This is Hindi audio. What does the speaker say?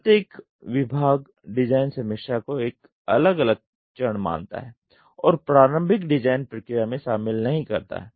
प्रत्येक विभाग डिज़ाइन समीक्षा को एक अलग चरण मानता है और प्रारंभिक डिज़ाइन प्रक्रिया में शामिल नहीं करता है